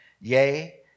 Yea